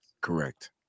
correct